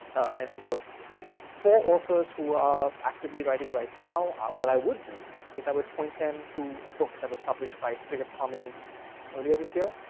and so for authors who are actively writing right now, what i would do is i would point them to a book that was published by creative commons earlier this year.